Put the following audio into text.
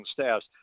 staffs